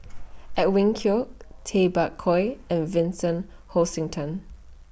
Edwin Koek Tay Bak Koi and Vincent Hoisington